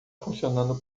funcionando